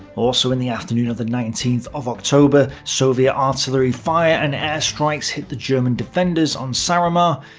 also in the afternoon of the nineteenth of october, soviet artillery fire and airstrikes hit the german defenders on saaremaa.